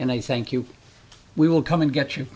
and i thank you we will come and get you